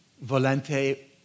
Volente